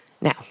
Now